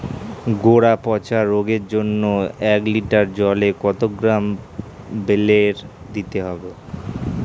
গোড়া পচা রোগের জন্য এক লিটার জলে কত গ্রাম বেল্লের দিতে হবে?